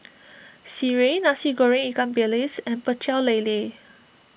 Sireh Nasi Goreng Ikan Bilis and Pecel Lele